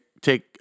take